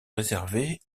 réservées